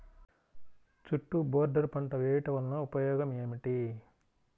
చుట్టూ బోర్డర్ పంట వేయుట వలన ఉపయోగం ఏమిటి?